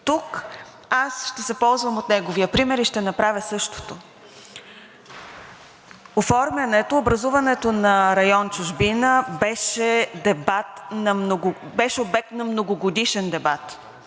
Тук ще се ползвам от неговия пример и ще направя същото. Оформянето, образуването на район „Чужбина“ беше дебат, обект на многогодишен дебат.